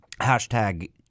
hashtag